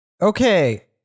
Okay